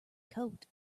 coat